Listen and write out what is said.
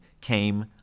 came